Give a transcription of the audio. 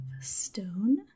stone